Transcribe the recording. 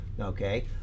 Okay